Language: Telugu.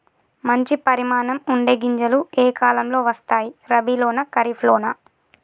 మంచి పరిమాణం ఉండే గింజలు ఏ కాలం లో వస్తాయి? రబీ లోనా? ఖరీఫ్ లోనా?